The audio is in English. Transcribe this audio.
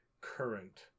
current